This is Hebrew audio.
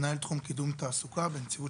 מנהל תחום קידום תעסוקה בנציבות